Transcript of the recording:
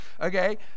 okay